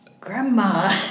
Grandma